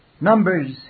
Numbers